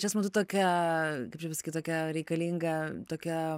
čia suprantu tokia kaip čia pasakyt tokia reikalinga tokia